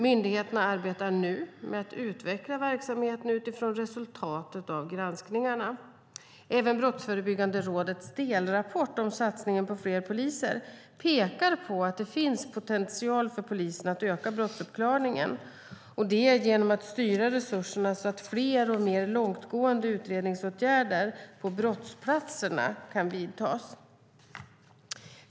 Myndigheterna arbetar nu med att utveckla verksamheten utifrån resultatet av granskningarna. Även Brottsförebyggande rådets delrapport om satsningen på fler poliser pekar på att det finns potential för polisen att öka brottsuppklaringen, detta genom att styra resurserna så att fler och mer långtgående utredningsåtgärder på brottsplatserna kan vidtas.